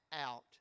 out